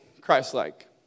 Christ-like